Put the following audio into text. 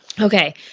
Okay